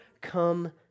come